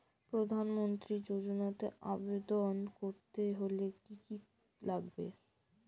প্রধান মন্ত্রী যোজনাতে আবেদন করতে হলে কি কী লাগবে?